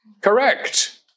Correct